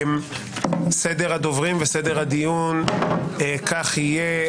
סדר הדוברים וסדר-הדיון כך יהיה: